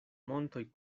montoj